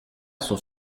sont